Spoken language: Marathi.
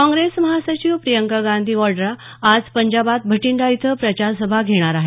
काँग्रेस महासचिव प्रियंका गांधी वाड्रा आज पंजाबात भटिंडा इथं प्रचार सभा घेणार आहेत